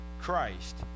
Christ